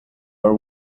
are